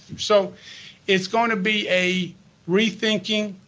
so it's going to be a rethinking,